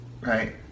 right